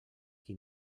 que